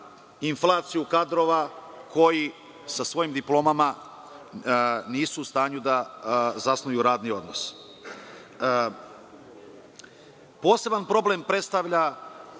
inflaciju kadrova koji sa svojim diplomama nisu u stanju da zasnuju radni odnos. Poseban problem predstavlja